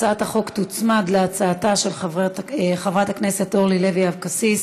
הצעת החוק תוצמד להצעתה של חברת הכנסת אורלי לוי אבקסיס.